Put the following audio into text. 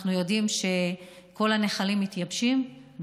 אנחנו יודעים שכל הנחלים מתייבשים,